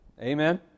Amen